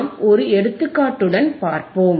நாம் ஒரு எடுத்துக்காட்டுடன் பார்ப்போம்